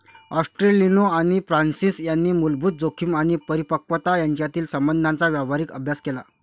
ॲस्टेलिनो आणि फ्रान्सिस यांनी मूलभूत जोखीम आणि परिपक्वता यांच्यातील संबंधांचा व्यावहारिक अभ्यास केला